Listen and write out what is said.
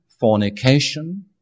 fornication